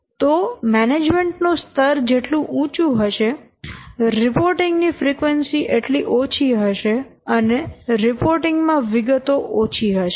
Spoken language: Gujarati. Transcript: તો મેનેજમેન્ટ નું સ્તર જેટલું ઉંચું હશે રિપોર્ટિંગ ની ફ્રીક્વન્સી એટલી ઓછી હશે અને રિપોર્ટિંગ માં વિગતો ઓછી હશે